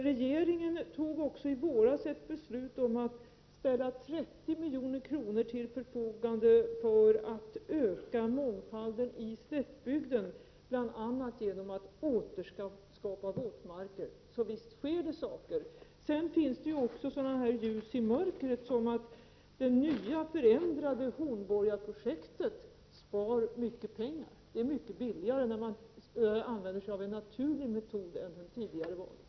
Regeringen fattade i våras ett beslut om att ställa 30 milj.kr. till förfogande för att öka mångfalden i slättbygden, bl.a. genom att återskapa våtmarker; så visst sker saker. Det finns också ljus i mörkret så att såga. Det nya och förändrade Hornborgaprojektet sparar t.ex mycket pengar. Det är mycket billigare att använda sig av en naturlig metod än den tidigare valda.